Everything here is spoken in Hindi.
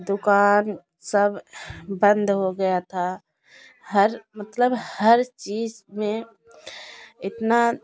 दुकान सब बंद हो गया था हर मतलब हर चीज़ में इतना